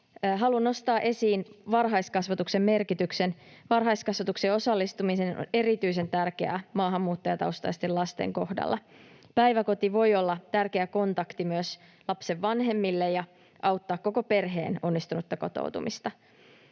Haluan nostaa varhaiskasvatuksen merkityksen. Varhaiskasvatukseen osallistuminen on erityisen tärkeää maahanmuuttajataustaisten lasten kohdalla. Päiväkoti voi olla tärkeä kontakti myös lapsen vanhemmille ja auttaa koko perheen onnistunutta kotoutumista.